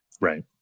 Right